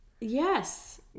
Yes